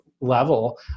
level